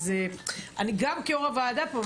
אז אני גם כיושבת-ראש הוועדה פה,